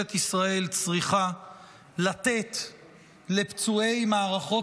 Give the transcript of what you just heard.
ממשלת ישראל צריכה לתת לפצועי מערכות